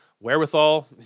wherewithal